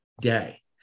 day